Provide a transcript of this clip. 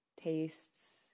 tastes